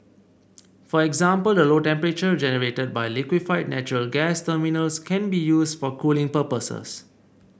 for example the low temperatures generated by liquefied natural gas terminals can be used for cooling purposes